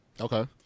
Okay